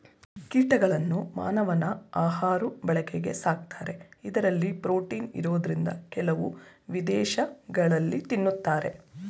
ಕೀಟಗಳನ್ನ ಮಾನವನ ಆಹಾಋ ಬಳಕೆಗೆ ಸಾಕ್ತಾರೆ ಇಂದರಲ್ಲಿ ಪ್ರೋಟೀನ್ ಇರೋದ್ರಿಂದ ಕೆಲವು ವಿದೇಶಗಳಲ್ಲಿ ತಿನ್ನತಾರೆ